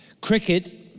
Cricket